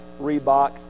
Reebok